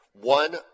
One